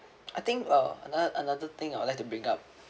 I think uh ano~ another thing I would like to bring up